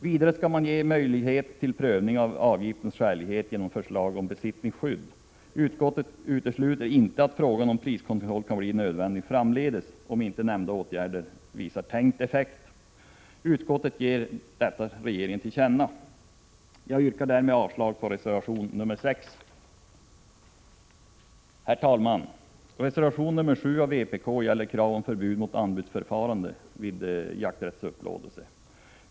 Vidare skall man ges möjlighet till Utskottet utesluter inte att frågan om priskontroll kan bli aktuell framdeles om inte nämnda åtgärder visar tänkt effekt. Utskottet ger regeringen detta till känna. Jag yrkar därmed avslag på reservation 6. Herr talman! Reservation 7 av vpk gäller krav på förbud mot anbudsförfarande m.m. vid jakträttsupplåtelse.